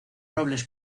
robles